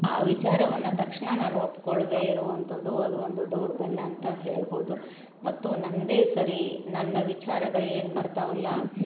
ಆ ವಿಚಾರವನ್ನು ತಕ್ಷಣ ನಾನು ಒಪ್ಪಿಕೊಳ್ದೆ ಇರುವಂಥದು ಅದು ಒಂದು ದೌರ್ಬಲ್ಯ ಅಂತ ಹೇಳ್ಬೋದು ಮತ್ತು ನನ್ನದೇ ಸರಿ ನನ್ನ ವಿಚಾರಗಳು ಏನು ಬರ್ತವಲ್ಲ